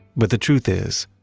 but the truth is,